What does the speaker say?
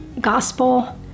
gospel